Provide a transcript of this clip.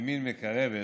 וימין מקרבת